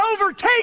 overtake